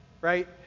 Right